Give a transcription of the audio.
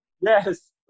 Yes